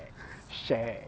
shag